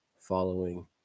following